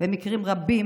במקרים רבים,